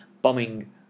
bombing